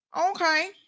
Okay